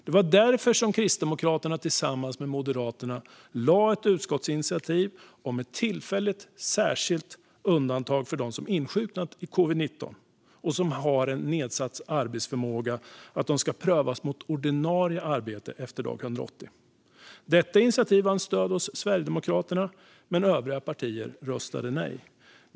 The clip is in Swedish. Det var därför som Kristdemokraterna tillsammans med Moderaterna lade fram ett utskottsinitiativ om ett tillfälligt särskilt undantag för dem som har insjuknat i covid-19 och har nedsatt arbetsförmåga. Vi föreslog att de ska prövas mot ordinarie arbete efter dag 180. Detta initiativ vann stöd hos Sverigedemokraterna, men övriga partier röstade nej.